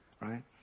Right